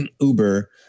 Uber